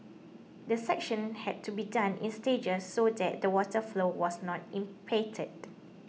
the section had to be done in stages so that the water flow was not impeded